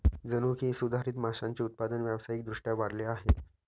जनुकीय सुधारित माशांचे उत्पादन व्यावसायिक दृष्ट्या वाढले आहे